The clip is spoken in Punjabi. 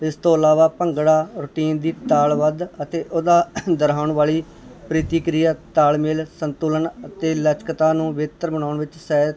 ਇਸ ਤੋਂ ਇਲਾਵਾ ਭੰਗੜਾ ਰੂਟੀਨ ਦੀ ਤਾਲਬੱਧ ਅਤੇ ਉਹਦਾ ਦੁਹਰਾਉਣ ਵਾਲੀ ਪ੍ਰਤੀਕ੍ਰਿਆ ਤਾਲਮੇਲ ਸੰਤੁਲਨ ਅਤੇ ਲਚਕਤਾ ਨੂੰ ਬਿਹਤਰ ਬਣਾਉਣ ਵਿੱਚ ਸਿਹਤ